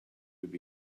would